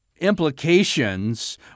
implications